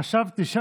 חשבתי,